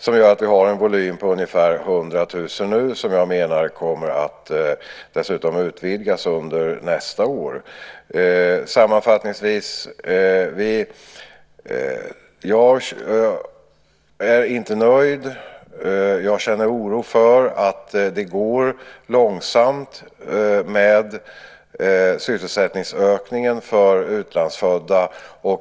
Det gör att vi nu har en volym på ungefär 100 000 som dessutom kommer att utvidgas nästa år. Sammanfattningsvis: Jag är inte nöjd. Jag känner oro för att det går långsamt med sysselsättningsökningen för utlandsfödda.